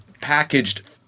packaged